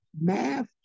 math